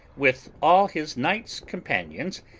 with all his knights-companions,